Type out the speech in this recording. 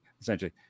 Essentially